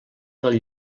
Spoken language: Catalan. del